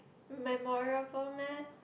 memorable meh